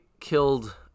killed